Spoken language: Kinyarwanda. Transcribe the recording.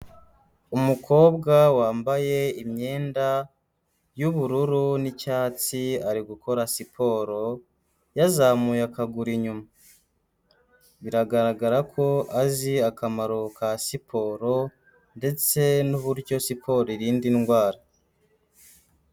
Umukobwa wambaye imyenda y'ubururu n'icyatsi, ari gukora siporo yazamuye akaguru inyuma, biragaragara ko azi akamaro ka siporo, ndetse n'uburyo siporo irinda indwara.